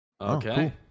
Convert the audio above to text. Okay